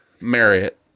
Marriott